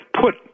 put